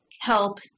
help